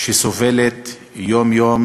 שסובלת יום-יום